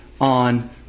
on